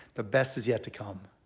the best is yet to come.